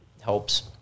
helps